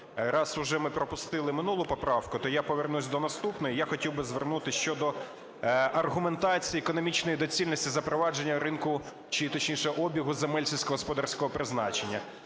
Раз ми вже пропустили минулу поправку, то я повернусь до наступної. Я хотів би звернутись щодо аргументації економічної доцільності запровадження ринку чи точніше обігу земель сільськогосподарського призначення.